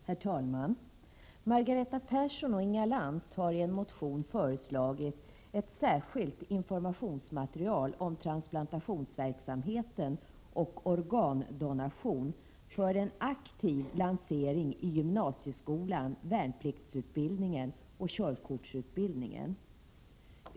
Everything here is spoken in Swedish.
Herr talman! Margareta Persson och Inga Lantz har i en motion föreslagit ett särskilt informationsmaterial om transplantationsverksamheten och organdonation för en aktiv lansering inom gymnasieskolan, värnpliktsutbildningen och körkortsutbildningen.